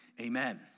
Amen